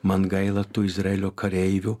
man gaila tų izraelio kareivių